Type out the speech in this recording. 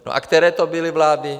A které to byly vlády?